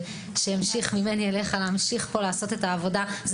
שממשיך ממני אליך לעשות פה עבודה.